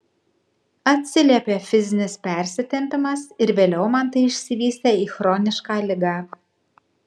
atsiliepė fizinis persitempimas ir vėliau man tai išsivystė į chronišką ligą